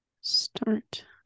Start